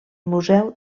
museu